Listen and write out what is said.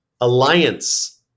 alliance